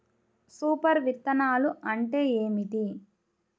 Super విత్తనాలు అంటే ఏమిటి?